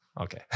Okay